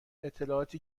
اطلاعاتی